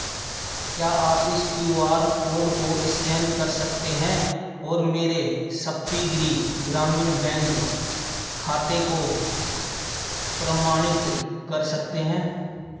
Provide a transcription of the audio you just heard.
क्या आप इस क्यू आर कोड को स्कैन कर सकते हैं और मेरे सप्तिगिरि ग्रामीण बैंक खाते को प्रमाणित कर सकते हैं